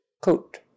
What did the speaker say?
coat